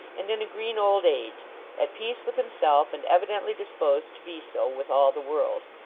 and in a green old age at peace with himself, and evidently disposed to be so with all the world.